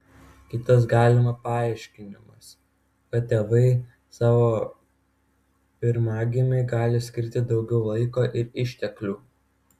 kitas galima paaiškinimas kad tėvai savo pirmagimiui gali skirti daugiau laiko ir išteklių